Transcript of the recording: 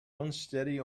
unsteady